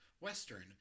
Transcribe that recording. Western